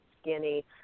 skinny